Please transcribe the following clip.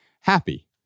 happy